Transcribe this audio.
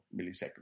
milliseconds